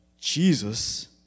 Jesus